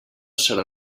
serà